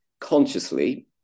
consciously